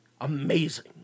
amazing